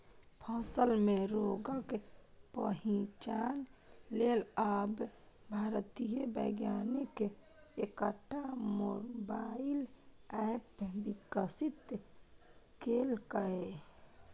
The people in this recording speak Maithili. फसल मे रोगक पहिचान लेल आब भारतीय वैज्ञानिक एकटा मोबाइल एप विकसित केलकैए